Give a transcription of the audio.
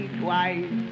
twice